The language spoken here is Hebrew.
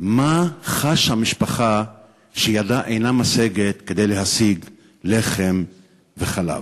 מה חשה משפחה שידה אינה משגת לקנות לחם וחלב.